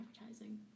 advertising